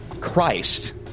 Christ